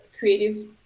creative